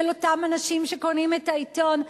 של אותם אנשים שקונים את העיתון,